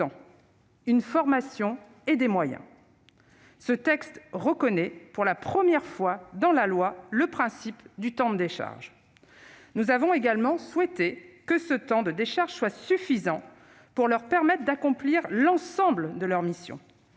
une formation et des moyens. Ce texte reconnaît pour la première fois dans la loi le principe du temps de décharge. Nous avons souhaité que ce temps soit suffisant pour permettre aux directeurs d'accomplir l'ensemble de leurs missions